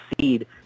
seed